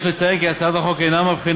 יש לציין כי הצעת החוק אינה מבחינה